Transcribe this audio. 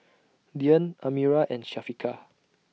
Dian Amirah and Syafiqah